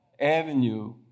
avenue